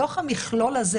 בתוך המכלול הזה,